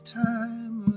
time